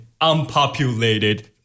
unpopulated